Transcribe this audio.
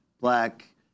black